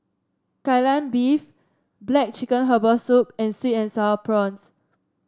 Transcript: Kai Lan Beef black chicken Herbal Soup and sweet and sour prawns